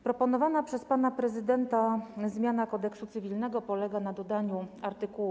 Proponowana przez pana prezydenta zmiana Kodeksu cywilnego polega na dodaniu art.